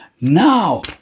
Now